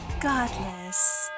Godless